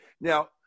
Now